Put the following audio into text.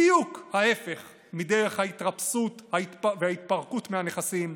בדיוק ההפך מדרך ההתרפסות וההתפרקות מהנכסים,